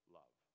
love